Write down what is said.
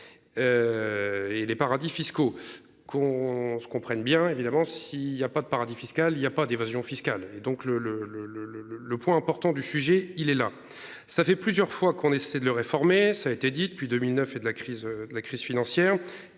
Et les paradis fiscaux qu'on se comprenne bien évidemment s'il y a pas de paradis fiscal. Il y a pas d'évasion fiscale et donc le le le le le le le point important du sujet il est là. Ça fait plusieurs fois qu'on essaie de le réformer, ça a été dit depuis 2009 et de la crise de la crise